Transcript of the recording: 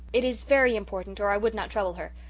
it is very important, or i would not trouble her.